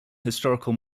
historical